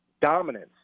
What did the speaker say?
dominance